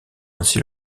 ainsi